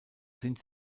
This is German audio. sind